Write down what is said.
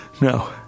No